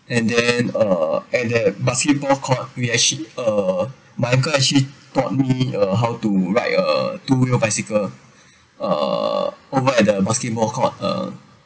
and then uh at the basketball court we actually uh my uncle actually taught me uh how to ride a two wheeled bicycle uh over at the basketball court uh